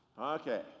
Okay